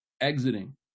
exiting